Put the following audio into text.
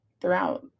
throughout